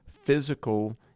physical